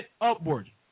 upward